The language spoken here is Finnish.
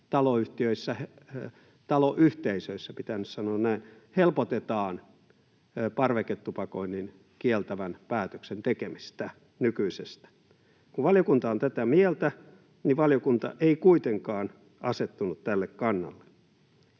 taloyhteisöissä, pitää nyt sanoa näin — helpotetaan parveketupakoinnin kieltävän päätöksen tekemistä nykyisestä. Valiokunta on tätä mieltä, mutta valiokunta ei kuitenkaan asettunut tälle kannalle.